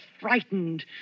frightened